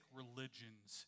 religions